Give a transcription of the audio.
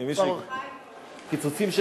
אני קובע שההצעה לסדר-היום בעניין חוק עבודת נשים (תיקון